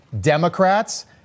Democrats